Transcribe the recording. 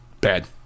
Bad